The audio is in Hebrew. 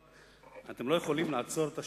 אתם לא יכולים לעצור את השעון.